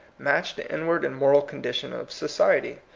match the in ward and moral condition of society.